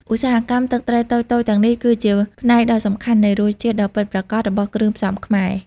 ឧស្សាហកម្មទឹកត្រីតូចៗទាំងនេះគឺជា ផ្នែកដ៏សំខាន់ នៃរសជាតិដ៏ពិតប្រាកដរបស់គ្រឿងផ្សំខ្មែរ។